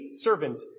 servant